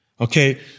Okay